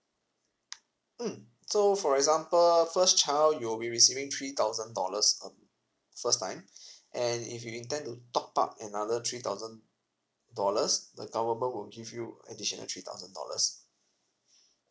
mm so for example first child you'll be receiving three thousand dollars um first time and if you intend to top up another three thousand dollars the government will give you additional three thousand dollars